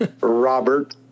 Robert